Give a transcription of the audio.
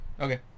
Okay